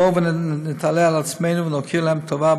בואו נתעלה על עצמנו ונכיר להם טובה,